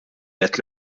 għidt